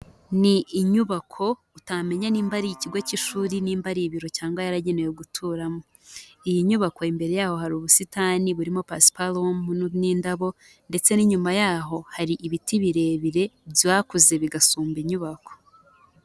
Ni inyubako utamenya niba ari ikigo cy'ishuri nimba ari ibiro cyangwa yaragenewe guturamo, iyi nyubako imbere yaho hari ubusitani burimo pasiparumu n'indabo ndetse n'inyuma yaho hari ibiti birebire byakuze bigasumba inyubako.